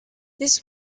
this